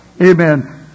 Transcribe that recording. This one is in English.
Amen